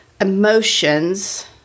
emotions